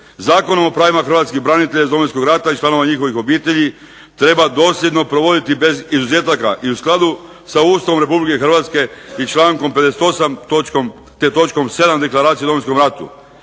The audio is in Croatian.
"Zakonom o pravima hrvatskih branitelja iz Domovinskog rata i članova njihovih obitelji treba dosljedno provoditi bez izuzetaka i u skladu sa Ustavom Republike Hrvatske i člankom 58. te točkom 7. Deklaracije o Domovinskom ratu.